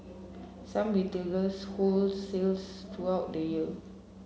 some retailers hold sales throughout the year